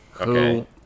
Okay